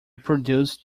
produced